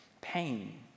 pain